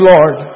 Lord